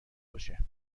باشه